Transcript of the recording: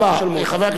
חבר הכנסת שטרית,